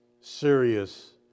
serious